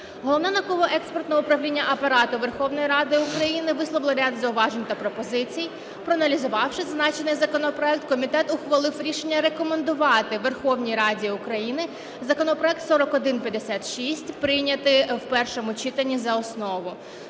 Головне науково-експертне управління Апарату Верховної Ради України висловило ряд зауважень та пропозицій. Проаналізувавши зазначений законопроект, комітет ухвалив рішення рекомендувати Верховній Раді України законопроект 4156 прийняти в першому читанні за основу.